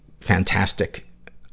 fantastic